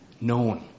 known